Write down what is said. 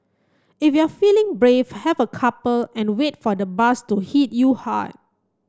if you're feeling brave have a couple and wait for the buzz to hit you hard